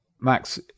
Max